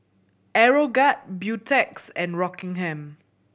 Aeroguard Beautex and Rockingham